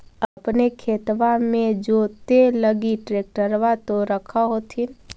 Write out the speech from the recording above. अपने खेतबा मे जोते लगी ट्रेक्टर तो रख होथिन?